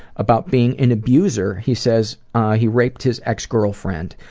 about being an abuser he says he raped his ex-girlfriend,